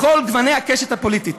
בכל גוני הקשת הפוליטית.